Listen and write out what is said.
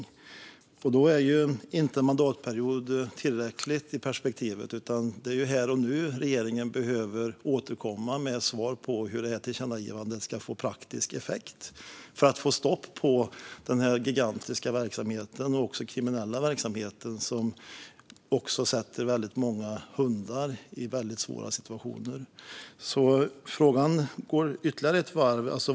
I det perspektivet är inte svaret om en mandatperiod tillräckligt, utan det är här och nu regeringen behöver återkomma med ett svar på hur tillkännagivandet ska få praktisk effekt. Hur ska regeringen få stopp på denna gigantiska kriminella verksamhet som försätter väldigt många hundar i svåra situationer? Frågan går ytterligare ett varv.